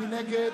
מי נגד?